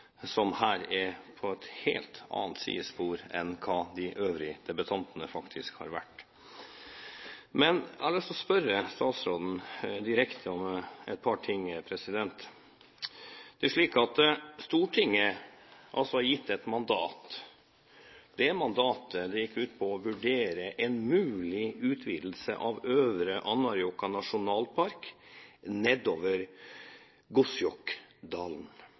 som her er på et helt annet spor enn de øvrige debattantene. Jeg har lyst til å spørre statsråden direkte om et par ting. Det er slik at Stortinget har gitt et mandat. Det mandatet gikk ut på å vurdere en mulig utvidelse av Øvre Anárjohka nasjonalpark nedover